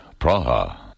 Praha